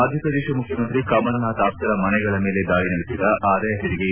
ಮಧ್ವಪ್ರದೇಶ ಮುಖ್ಯಮಂತ್ರಿ ಕಮಲ್ನಾಥ್ ಆಪ್ತರ ಮನೆಗಳ ಮೇಲೆ ದಾಳಿ ನಡೆಸಿದ ಆದಾಯ ತೆರಿಗೆ ಇಲಾಖೆ